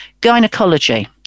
gynecology